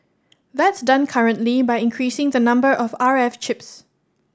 that's done currently by increasing the number of R F chips